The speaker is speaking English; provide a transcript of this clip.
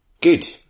Good